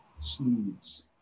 Seeds